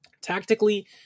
Tactically